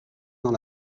dans